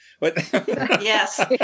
Yes